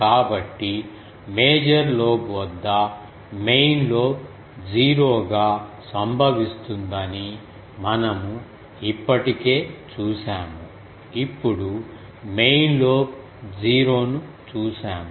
కాబట్టి major lobe వద్ద main lobe zero గా సంభవిస్తుందని మనము ఇప్పటికే చూశాము ఇప్పుడు మెయిన్ లోబ్ జీరో ను చూశాము